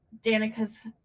Danica's